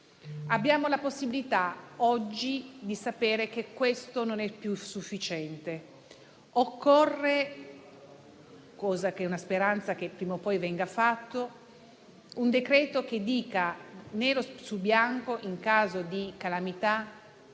Abbiamo la possibilità, oggi, di sapere che questo non è più sufficiente. Occorre - la speranza è che prima o poi venga fatto - una normativa che dica nero su bianco, in caso di calamità,